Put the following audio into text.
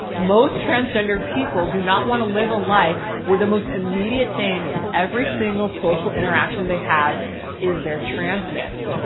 most transgender people do not want to live a life where the most immediate thing in every single social interaction they have is their transness.